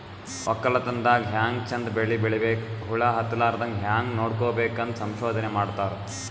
ವಕ್ಕಲತನ್ ದಾಗ್ ಹ್ಯಾಂಗ್ ಚಂದ್ ಬೆಳಿ ಬೆಳಿಬೇಕ್, ಹುಳ ಹತ್ತಲಾರದಂಗ್ ಹ್ಯಾಂಗ್ ನೋಡ್ಕೋಬೇಕ್ ಅಂತ್ ಸಂಶೋಧನೆ ಮಾಡ್ತಾರ್